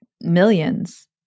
millions